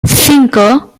cinco